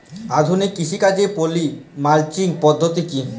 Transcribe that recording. আধুনিক কৃষিকাজে poly mulching পদ্ধতি কি?